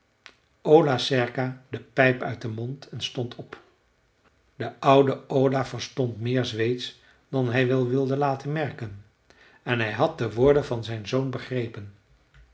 ola serka de pijp uit den mond en stond op de oude ola verstond meer zweedsch dan hij wel wilde laten merken en hij had de woorden van zijn zoon begrepen